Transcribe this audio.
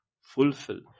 fulfill